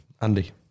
Andy